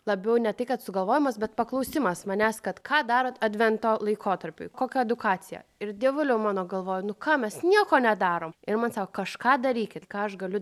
labiau ne tai kad sugalvojimas bet paklausimas manęs kad ką darot advento laikotarpiui kokią edukaciją ir dievuliau mano galvoju nu ką mes nieko nedarom ir man sako kažką darykit ką aš galiu